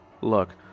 Look